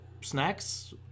snacks